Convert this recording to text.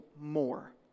more